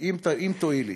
אם תואילי.